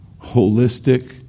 Holistic